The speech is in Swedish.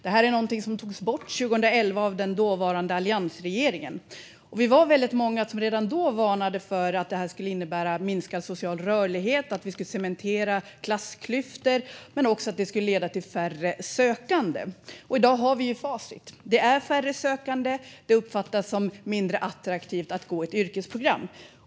Detta var någonting som togs bort 2011 av den dåvarande alliansregeringen. Vi var väldigt många som redan då varnade för att det här skulle innebära minskad social rörlighet och cementerade klassklyftor, men också att det skulle leda till färre sökande. I dag har vi facit. Det är färre sökande. Det uppfattas som mindre attraktivt att gå ett yrkesprogram.